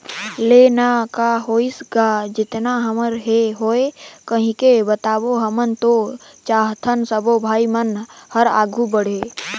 ले ना का होइस गा जेतना हमर से होय सकही बताबो हमन तो चाहथन सबो भाई मन हर आघू बढ़े